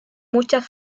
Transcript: muchas